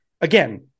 again